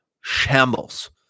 shambles